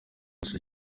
gusa